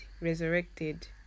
resurrected